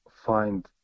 find